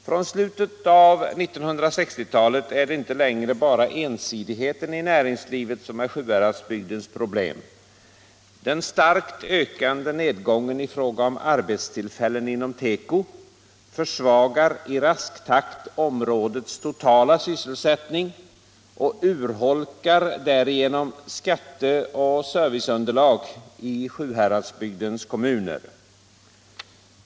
Från slutet av 1960-talet är det inte bara ensidigheten i näringslivet som är Sjuhäradsbygdens problem. Den starkt ökande nedgången av arbetstillfällen inom tekoindustrin försvagar i rask takt områdets totala sysselsättning och urholkar därigenom skatteoch serviceunderlaget i Sjuhäradsbygdens kommuner.